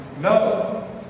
No